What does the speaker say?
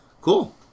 Cool